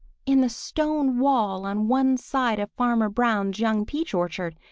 in the stone wall on one side of farmer brown's young peach orchard.